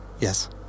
Yes